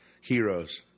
Heroes